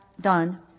done